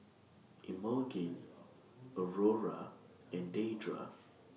Emogene Aurora and Deidra